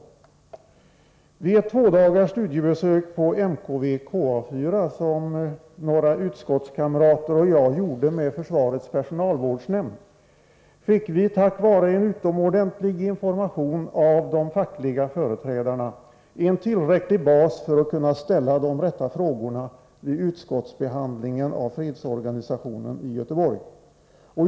Vid ett tvådagars studiebesök på MKV/KA 4 som några utskottskamrater och jag gjorde med försvarets personalvårdsnämnd fick vi tack vare en utomordentlig information av de fackliga företrädarna en tillräcklig bas för att kunna ställa de rätta frågorna vid utskottsbehandlingen av fredsorganisationen i Göteborg.